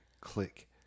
click